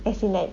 as in like